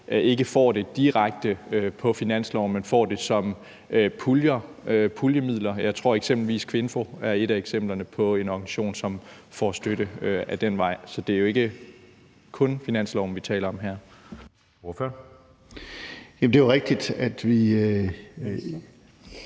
ikke får det direkte på finansloven, men får det via puljer og puljemidler. Jeg tror, at KVINFO er et af eksemplerne på en organisation, som får støtte ad den vej. Så det er jo ikke kun finansloven, vi taler om her. Kl. 12:35 Anden næstformand